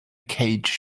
cage